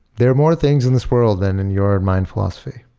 there are more things in this world than in your mind philosophy.